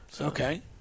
Okay